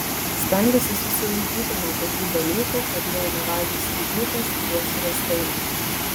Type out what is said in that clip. stengiuosi susilaikyti nuo tokių dalykų kad jei nevalgai sriubytės duosiu riestainį